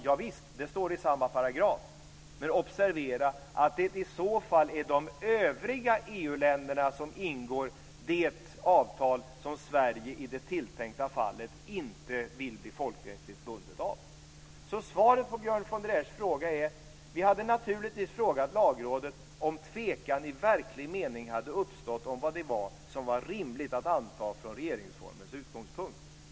Javisst, det står i samma paragraf, men observera att det i så fall är de övriga EU-länderna som ingår det avtal som Sverige i det tilltänkta fallet inte vill bli folkrättsligt bundet av. Svaret på Björn von der Esch fråga är: Vi hade naturligtvis frågat Lagrådet om tvekan i verklig mening hade uppstått om vad det var som var rimligt att anta från regeringsformens utgångspunkt.